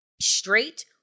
straight